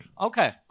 Okay